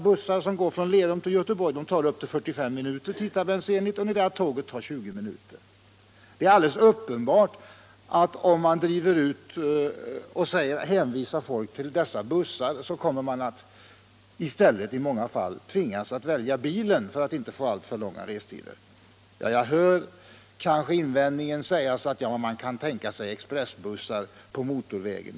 Bussen mellan Lerum och Göteborg tar sålunda upp till 45 minuter tidtabellsenligt under det att tåget tar 20 minuter. Det är alldeles uppenbart att om man hänvisar trafikanter till bussar kommer de i många fall att tvingas välja bilen för att inte få alltför långa restider. Här kan jag höra invändningen att man kan tänka sig expressbussar på motorvägen.